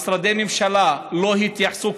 משרדי הממשלה לא התייחסו,